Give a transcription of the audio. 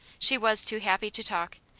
she was too happy to talk.